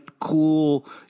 cool